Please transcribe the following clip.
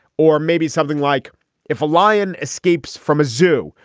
or maybe something like if a lion escapes from a zoo.